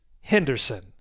Henderson